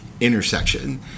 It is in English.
intersection